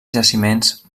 jaciments